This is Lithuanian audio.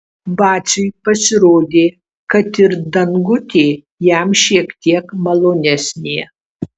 vaciui pasirodė kad ir dangutė jam šiek tiek malonesnė